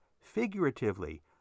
figuratively